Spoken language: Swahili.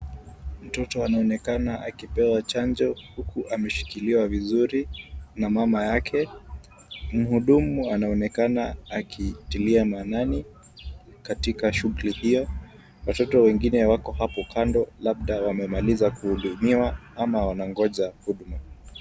Mtoto anaoenakana akipewa chanjo huku ameshikiliwa vizuri na mama yake. Mhudumu anaoenakana akitilia maanani katika shughuli hiyo . Watoto wengine wako hapo kando labda wamemaliza kuhudumiwa ama wanangonja huduma.